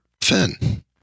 Finn